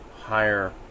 higher